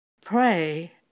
pray